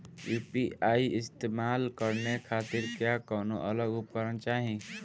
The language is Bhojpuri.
यू.पी.आई इस्तेमाल करने खातिर क्या कौनो अलग उपकरण चाहीं?